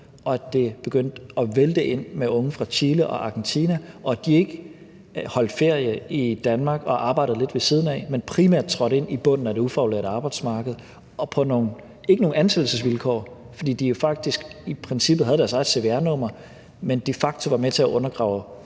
og at det begyndte at vælte ind med unge fra Chile og Argentina, og at de ikke holdt ferie i Danmark og arbejdede lidt ved siden af, men primært trådte ind i bunden af det ufaglærte arbejdsmarked, og det var ikke på nogen ansættelsesvilkår, fordi de jo faktisk i princippet havde deres eget cvr-nummer. De facto var de med til at undergrave